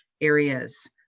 areas